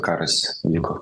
karas vyko